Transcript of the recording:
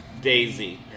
Daisy